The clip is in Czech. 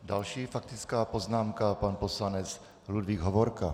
Další faktická poznámka, pan poslanec Ludvík Hovorka.